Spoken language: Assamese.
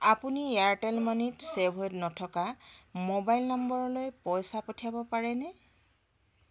আপুনি এয়াৰটেল মানিত চে'ভ হৈ নথকা ম'বাইল নম্বৰলৈ পইচা পঠিয়াব পাৰেনে